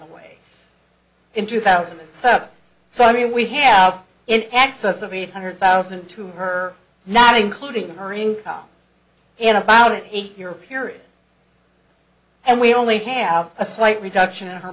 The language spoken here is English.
the way in two thousand and seven so i mean we have in excess of eight hundred thousand to her not including her ring in about an eight year period and we only have a slight reduction in her